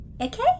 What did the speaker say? Okay